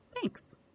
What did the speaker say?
thanks